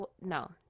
No